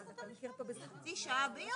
לרבות אפשרות של מתן סיוע אישי בתהליך